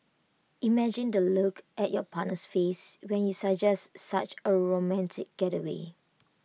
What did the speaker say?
imagine the look at your partner's face when you suggest such A romantic getaway